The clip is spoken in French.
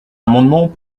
amendements